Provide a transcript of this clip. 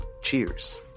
Cheers